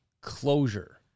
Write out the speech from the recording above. closure